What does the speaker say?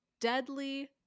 deadly